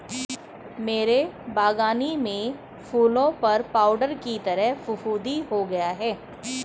मेरे बगानी में फूलों पर पाउडर की तरह फुफुदी हो गया हैं